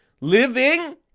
living